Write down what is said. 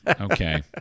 Okay